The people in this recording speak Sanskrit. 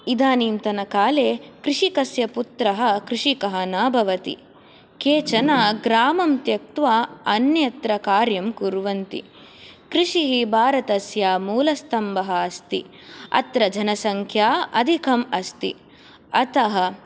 इदानीन्तनकाले कृषकस्य पुत्रः कृषकः न भवति केचन ग्रामं त्यक्त्वा अन्यत्र कार्यं कुर्वन्ति कृषिः भारतस्य मूलस्तम्भः अस्ति अत्र जनसंख्या अधिकम् अस्ति अतः